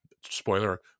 Spoiler